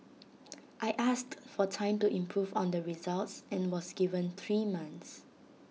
I asked for time to improve on the results and was given three months